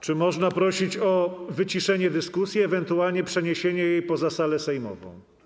Czy można prosić o wyciszenie dyskusji, ewentualnie przeniesienie jej poza salę sejmową?